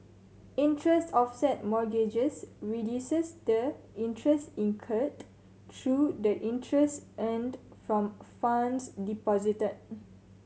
interest offset mortgages reduces the interest incurred through the interest earned from funds deposited